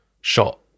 shot